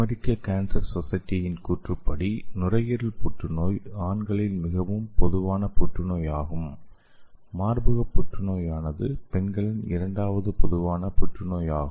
அமெரிக்க cancer சொசைட்டியின் கூற்றுப்படி நுரையீரல் புற்றுநோய் ஆண்களில் மிகவும் பொதுவான புற்றுநோயாகும் மார்பக புற்றுநோயானது பெண்ணின் இரண்டாவது பொதுவான புற்றுநோயாகும்